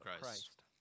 Christ